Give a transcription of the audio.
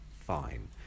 fine